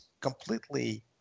completely